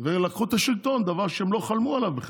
ולקחו את השלטון, דבר שהם לא חלמו עליו בכלל.